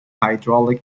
hydraulic